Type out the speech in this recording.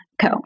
Co